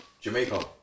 Jamaica